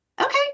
okay